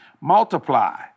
Multiply